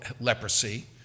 leprosy